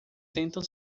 sentam